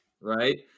Right